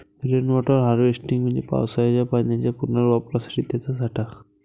rain water harvesting म्हणजे पावसाच्या पाण्याच्या पुनर्वापरासाठी त्याचा साठा